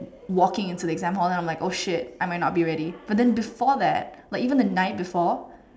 walking into the exam hall and then I'm like oh shit I might not be ready but then before that like even the night before